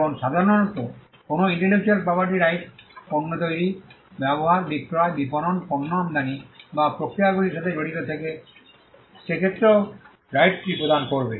এখন সাধারণত কোনও ইন্টেলেকচুয়াল প্রপার্টি রাইটস পণ্য তৈরি ব্যবহার বিক্রয় বিপণন পণ্য আমদানি বা প্রক্রিয়াগুলির সাথে জড়িত থাকে সে ক্ষেত্রেও এই রাইটসটি প্রদান করবে